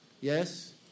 Yes